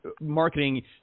marketing